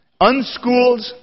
Unschooled